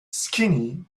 skinny